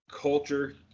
culture